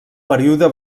període